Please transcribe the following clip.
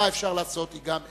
מה אפשר לעשות, היא גם אתנית.